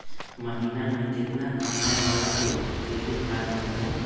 महीना में केतना कमाय वाला के क्रेडिट कार्ड मिलतै?